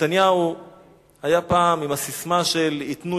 נתניהו היה פעם עם הססמה של "ייתנו,